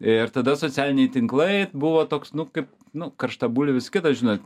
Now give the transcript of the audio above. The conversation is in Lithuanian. ir tada socialiniai tinklai buvo toks nu kaip nu karšta bulvė visa kita žinot